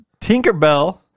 Tinkerbell